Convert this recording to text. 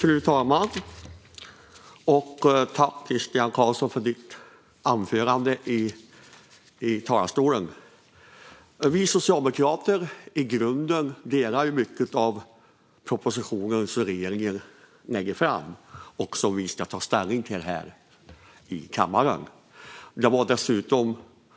Fru talman! Jag tackar Christian Carlsson för hans anförande från talarstolen. Socialdemokraterna håller i grunden med om mycket av det som står i den proposition som regeringen lägger fram och som vi ska ta ställning till här i kammaren. Det var dessutom